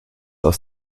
aus